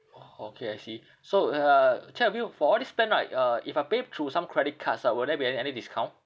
orh okay I see so uh check with you for all these plan right uh if I pay through some credit cards ah will there be any any discount